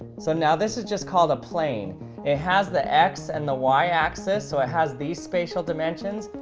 so now this is just called a plane it has the x and the y axis so it has these spatial dimensions,